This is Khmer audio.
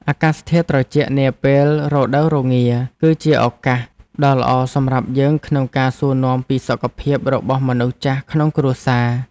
អាកាសធាតុត្រជាក់នាពេលរដូវរងា គឺជាឱកាសដ៏ល្អសម្រាប់យើងក្នុងការសួរនាំពីសុខភាពរបស់មនុស្សចាស់ក្នុងគ្រួសារ។